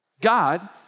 God